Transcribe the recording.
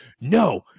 no